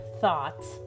thoughts